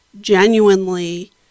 genuinely